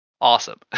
awesome